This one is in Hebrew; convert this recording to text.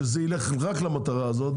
שזה ילך רק למטרה הזאת,